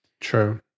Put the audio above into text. True